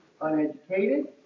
uneducated